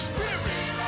Spirit